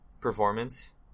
performance